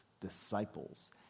disciples